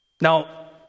Now